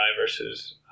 versus